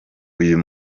uyu